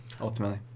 ultimately